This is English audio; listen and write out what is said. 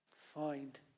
Find